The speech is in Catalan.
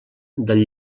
del